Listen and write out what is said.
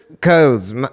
codes